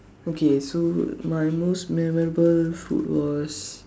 okay so my most memorable food was